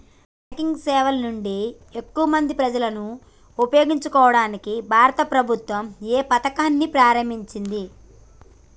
Banking సేవల నుండి ఎక్కువ మంది ప్రజలను ఉపయోగించుకోవడానికి భారత ప్రభుత్వం ఏ పథకాన్ని ప్రారంభించింది?